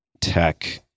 tech